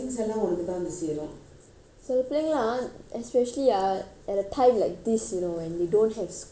சில பிள்ளைகள்:sila pillaikal ah especially ah at a time like this you know when you don't have school home base learning ah